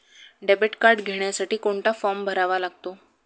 Debit card घेण्यासाठी कोणता form भरावा लागतो?